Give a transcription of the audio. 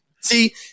see